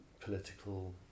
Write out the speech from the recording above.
political